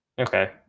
Okay